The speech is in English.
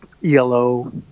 Yellow